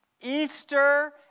Easter